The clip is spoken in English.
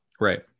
right